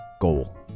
goal